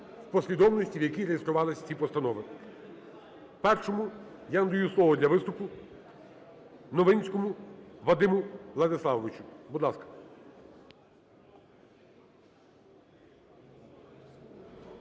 у послідовності, в якій реєструвалися ці постанови. Першому я надаю слово для виступу Новинському Вадиму Владиславовичу. Будь ласка.